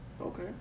Okay